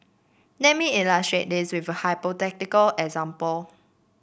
let me illustrate this with a hypothetical example